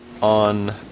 on